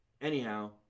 Anyhow